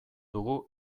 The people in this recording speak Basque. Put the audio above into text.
dugu